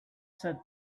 said